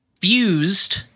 fused